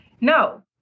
no